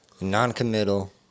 non-committal